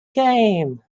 game